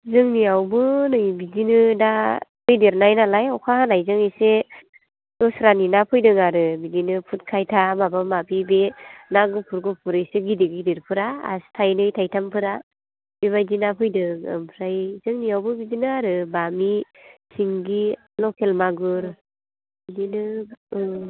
जोंनियावबो नै बिदिनो दा दै देरनाय नालाय अखा हानायजों एसे दस्रानि ना फैदों आरो बिदिनो खुरखायथा माबा माबि बे ना गुफुर गुफुर एसे गिदिर गिदिरफोरा आसि थाइनै थाइथामफोरा बे बायदि ना फैदों ओमफ्राय जोंनियावबो बिदिनो आरो बामि सिंगि लकेल मागुर बिदिनो रौ